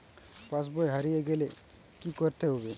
পাশবই হারিয়ে গেলে কি করতে হবে?